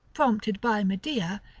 prompted by medea,